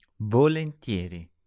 Volentieri